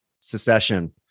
secession